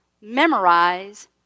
memorize